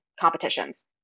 competitions